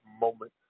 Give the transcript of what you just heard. moment